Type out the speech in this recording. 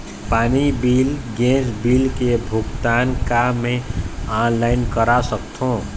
पानी bill gas bill के भुगतान का मैं ऑनलाइन करा सकथों?